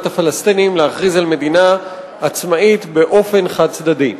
הפלסטינים להכריז על מדינה עצמאית באופן חד-צדדי.